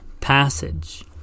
passage